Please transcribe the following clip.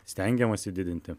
stengiamasi didinti